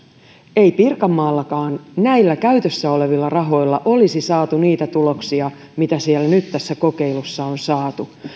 ei pirkanmaallakaan näillä käytössä olevilla rahoilla olisi saatu niitä tuloksia mitä siellä nyt tässä kokeilussa on saatu